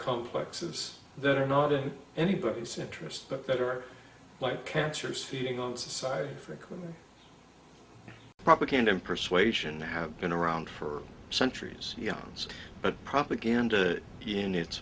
complexes that are not in anybody's interest but that are like cancers feeding on society frequently propaganda and persuasion have been around for centuries young's but propaganda in it